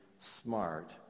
smart